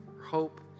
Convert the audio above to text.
hope